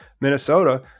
Minnesota